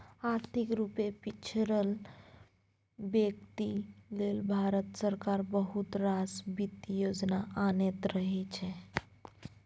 आर्थिक रुपे पिछरल बेकती लेल भारत सरकार बहुत रास बित्तीय योजना अनैत रहै छै